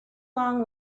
long